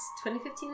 2015